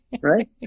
Right